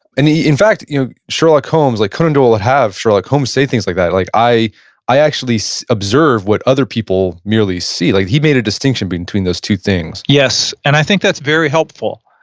and in fact, you know sherlock holmes, like conan doyle and have sherlock holmes say things like that, like i i actually so observe what other people merely see like, he made a distinction between those two things yes. and i think that's very helpful.